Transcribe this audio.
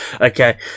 Okay